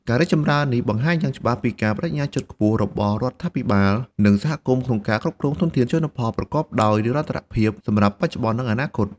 ការរីកចម្រើននេះបង្ហាញយ៉ាងច្បាស់ពីការប្ដេជ្ញាចិត្តខ្ពស់របស់រដ្ឋាភិបាល និងសហគមន៍ក្នុងការគ្រប់គ្រងធនធានជលផលប្រកបដោយនិរន្តរភាពសម្រាប់បច្ចុប្បន្ន និងអនាគត។